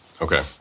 Okay